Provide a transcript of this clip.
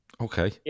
Okay